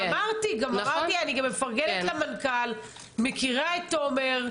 אני גם מפרגנת למנכ"ל, מכירה את תומר,